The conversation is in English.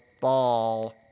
ball